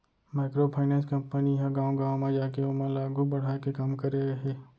micro finance company ह गाँव गाँव म जाके ओमन ल आघू बड़हाय के काम करे हे